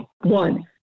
One